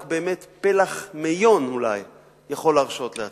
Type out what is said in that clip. רק באמת פלח יכול להרשות לעצמו.